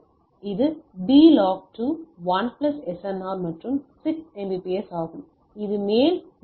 எனவே இது B log 2 1 plus SNR மற்றும் 6 Mbps ஆகும் இது மேல் வரம்பு